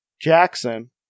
Jackson